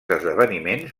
esdeveniments